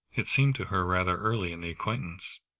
it seemed to her rather early in the acquaintance.